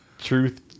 truth